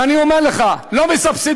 ואני אומר לך, לא מסבסדים.